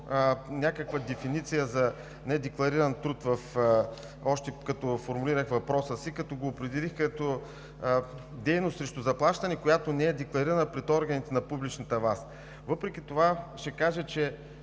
някаква дефиниция за „недеклариран труд“, още като формулирах въпроса си. Определих го като „дейност срещу заплащане, която не е декларирана пред органите на публичната власт“. Въпреки това ще кажа, че